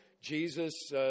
Jesus